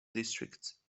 districts